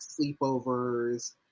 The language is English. sleepovers